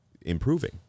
improving